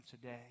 today